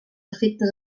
efectes